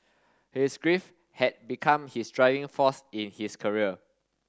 his grief had become his driving force in his career